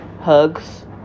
hugs